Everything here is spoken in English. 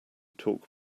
talk